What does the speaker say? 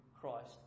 Christ